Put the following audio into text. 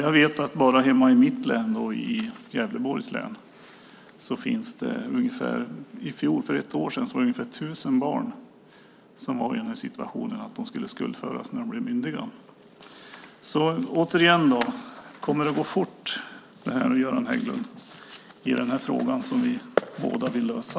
Jag vet att i mitt hemlän, Gävleborgs län, fanns i fjol ungefär 1 000 barn som var i situationen att de skulle skuldföras när de blev myndiga. Kommer det att gå fort, Göran Hägglund, i den här frågan som vi båda vill lösa?